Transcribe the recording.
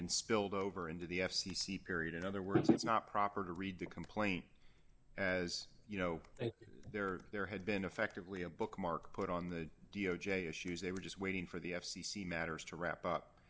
in spilled over into the f c c period in other words it's not proper to read the complaint as you know there there had been effectively a bookmark put on the d o j issues they were just waiting for the f c c matters to wrap up